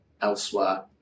elsewhere